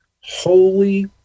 holy